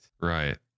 Right